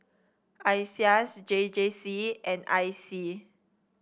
Iseas J J C and I C